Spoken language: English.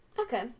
Okay